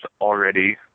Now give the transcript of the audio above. already